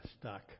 stuck